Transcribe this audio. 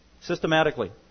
Systematically